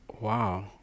wow